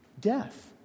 death